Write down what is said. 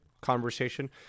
conversation